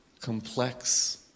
complex